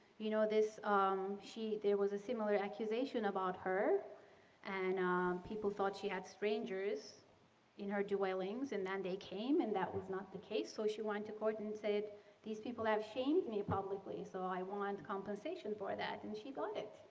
you know, this um she there was a similar accusation about her and people thought she had strangers in her dwellings. and then they came and that was not the case. so she went to court and said these people have shamed me publicly, so i want compensation for that and she got it,